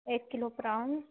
ایک کیلو پراؤن